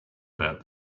about